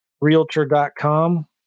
realtor.com